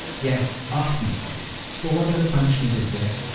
yes, often for what other punishment is there?